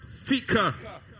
Fika